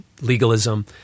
legalism